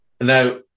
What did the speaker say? Now